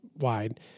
wide